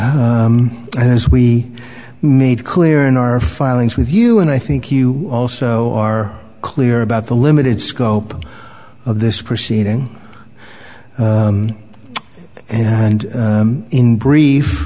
as we made clear in our filings with you and i think you also are clear about the limited scope of this proceeding and in brief